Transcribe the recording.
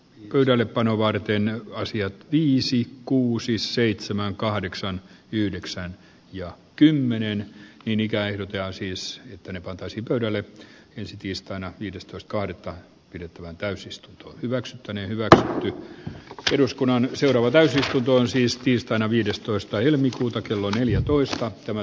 pöydällepanoa varten ne asiat viisi kuusi seitsemän kahdeksan yhdeksän ja kymmenen niin ikään ja siis miten voitaisiin kaudelle ensi tiistaina viidestoista kahdettakkeitaan täysistunto hyväksyttäneen väki koki eduskunnan seuraava täysistunto on siis tiistaina viidestoista helmikuuta tätä rikoksen merkitystä